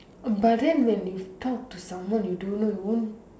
but then when you talk to someone you don't know you won't